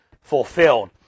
fulfilled